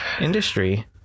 industry